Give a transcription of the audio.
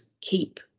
keep